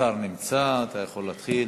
השר נמצא, אתה יכול להתחיל.